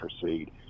proceed